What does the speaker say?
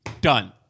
Done